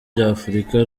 nyafurika